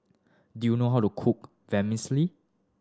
do you know how to cook Vermicelli